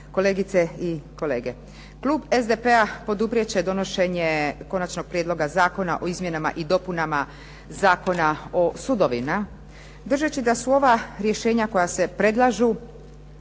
kolegice i kolege. Klub SDP-a poduprijet će donošenje Konačnog prijedloga zakona o izmjenama i dopunama Zakona o sudovima, držeći da su ova rješenja koja se predlažu